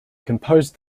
composed